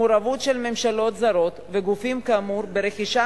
מעורבות של ממשלות זרות וגופים כאמור ברכישה